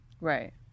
Right